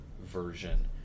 version